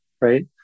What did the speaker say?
right